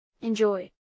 Enjoy